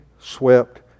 swept